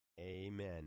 Amen